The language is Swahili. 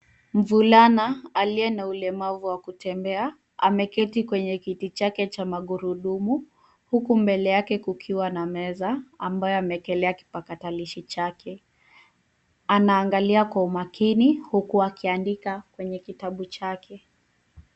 Mvulana aliye na ulemavu wa kutembea, ameketi kwenye kiti chake cha magurudumu, huku mbele yake kukiwa na meza ambayo amewekelea kipakatalishi chake. Anaangalia kwa umakini, huku akiandika kwenye kitabu chake.